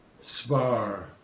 Spar